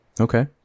Okay